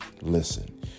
Listen